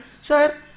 Sir